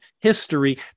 history